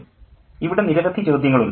ആര്യ ഇവിടെ നിരവധി ചോദ്യങ്ങളുണ്ട്